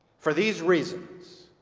for these reasons,